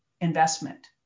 Investment